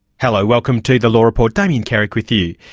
hello, welcome to the law report, damien carrick with you.